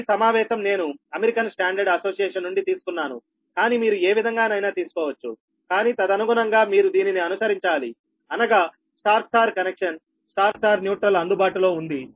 ఈ సమావేశం నేను అమెరికన్ స్టాండర్డ్ అసోసియేషన్ నుండి తీసుకున్నాను కానీ మీరు ఏ విధంగానైనా తీసుకోవచ్చు కానీ తదనుగుణంగా మీరు దీనిని అనుసరించాలి అనగా star star connection star star neutral అందుబాటులో ఉంది